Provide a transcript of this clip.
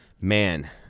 man